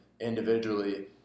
individually